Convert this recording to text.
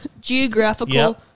Geographical